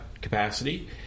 capacity